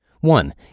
One